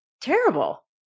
terrible